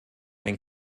ein